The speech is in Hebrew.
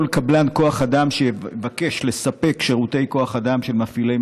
כל קבלן כוח אדם שיבקש לספק שירותי כוח אדם של מפעילי